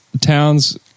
Towns